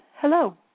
Hello